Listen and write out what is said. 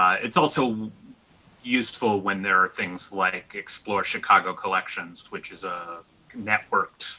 it's also useful when there are things like explore chicago collections which is a network,